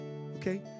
Okay